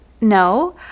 no